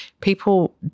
People